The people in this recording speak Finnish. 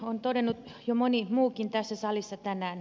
on todennut jo moni muukin tässä salissa tänään